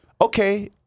okay